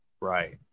Right